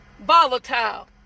Volatile